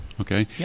Okay